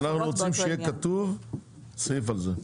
לא משנה, אנחנו רוצים שיהיה כתוב סעיף על זה.